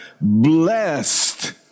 blessed